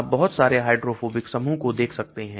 आप बहुत सारे हाइड्रोफोबिक समूह को देख सकते हैं